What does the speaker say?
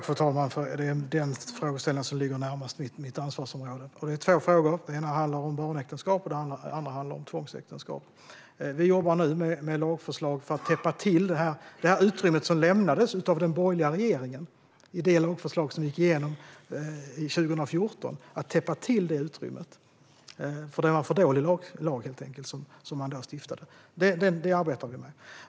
Fru talman! Det här är en fråga som ligger närmast mitt ansvarsområde. Det var två frågor. Den ena handlar om barnäktenskap, och den andra handlar om tvångsäktenskap. Vi jobbar nu med lagförslag för att täppa till det utrymme som lämnades av den borgerliga regeringen i det lagförslag som gick igenom 2014. Det var en för dålig lag som då stiftades.